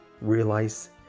realize